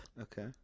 okay